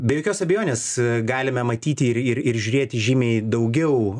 be jokios abejonės galime matyti ir ir ir žiūrėti žymiai daugiau